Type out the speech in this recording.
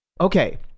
okay